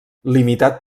limitat